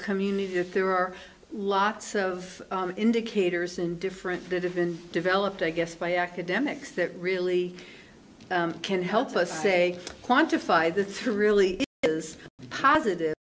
community if there are lots of indicators in different that have been developed i guess by academics that really can help us say quantify this really is positive